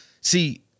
see